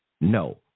No